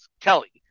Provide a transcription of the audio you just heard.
Kelly